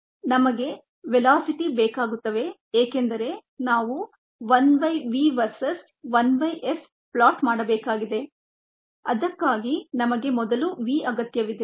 ನಮಗೆ ವೆಲಾಸಿಟಿ ಬೇಕಾಗುತ್ತವೆ ಏಕೆಂದರೆ ನಾವು 1 by v versus 1 by s float ಮಾಡಬೇಕಾಗಿದೆ ಅದಕ್ಕಾಗಿ ನಮಗೆ ಮೊದಲು v ಅಗತ್ಯವಿದೆ